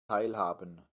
teilhaben